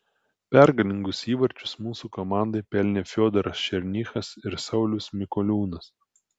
pergalingus įvarčius mūsų komandai pelnė fiodoras černychas ir saulius mikoliūnas